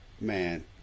man